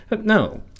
No